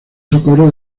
socorro